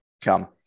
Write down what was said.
come